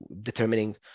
determining